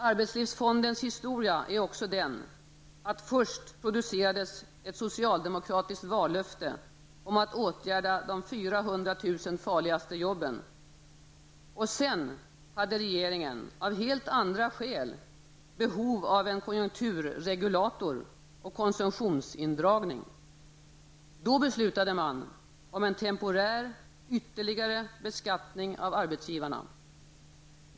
Arbetslivsfondens historia är också den, att först producerades ett socialdemokratiskt vallöfte om att åtgärda de 400 000 farligaste jobben, och sedan hade regeringen av helt andra skäl behov av en konjunkturregulator och konsumtionsindragning. Då beslutade man om en temporär ytterligare beskattning av arbetsgivarna.